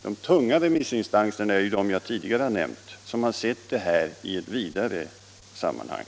De tunga remissinstanserna är de som jag tidigare nämnde. De har sett frågan i ett vidare sammanhang.